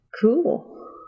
cool